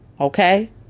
okay